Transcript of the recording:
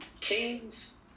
Kings